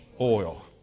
oil